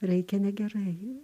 reikia ne gerai